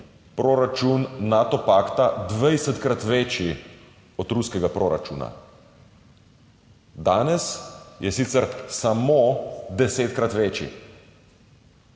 proračun Nato pakta dvajsetkrat večji od ruskega proračuna. Danes je sicer samo desetkrat večji.